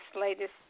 latest